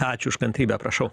ačiū už kantrybę prašau